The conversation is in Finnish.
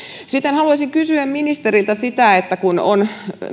sitten haluaisin kysyä ministeriltä siitä että kun on